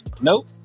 nope